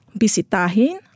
bisitahin